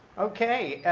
ok